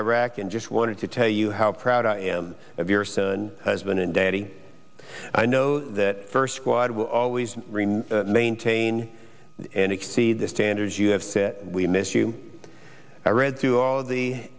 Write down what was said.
iraq and just wanted to tell you how proud i am of your son has been a daddy i know that first squad will always maintain and exceed the standards you have fit we miss you i read through all of the